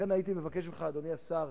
לכן הייתי מבקש ממך, אדוני השר,